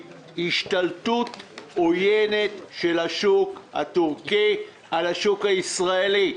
השתלטות עוינת של השוק הטורקי על השוק הישראלי.